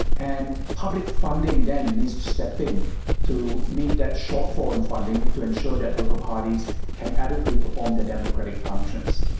and public funding then needs to step in to meet that shortfall in funding to ensure that political parties can adequately perform their democratic functions.